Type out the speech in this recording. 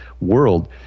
world